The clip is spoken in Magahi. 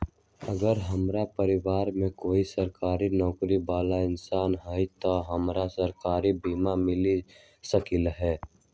अगर हमरा परिवार में कोई सरकारी नौकरी बाला इंसान हई त हमरा सरकारी बीमा मिल सकलई ह?